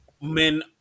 men